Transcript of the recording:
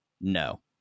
no